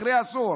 אחרי עשור.